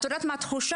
את יודעת מה התחושה